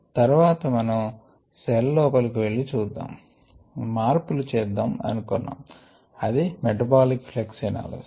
తర్వాత మనం సెల్ లోపలి వెళ్లి చూద్దాము మార్పులు చేద్దాము అనుకున్నాము అది మెటబాలిక్ ప్లక్స్ ఎనాలిసిస్